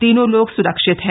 तीनों लोग सुरक्षित हैं